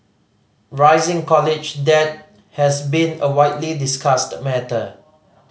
rising college debt has been a widely discussed matter